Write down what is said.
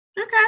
Okay